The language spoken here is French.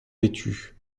vêtue